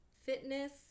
fitness